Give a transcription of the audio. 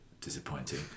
disappointing